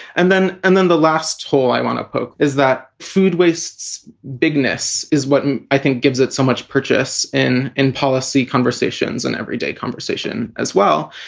and then and then the last hole i want to poke is that food wastes bigness is what i think gives it so much purchase in in policy conversations and everyday conversation as well.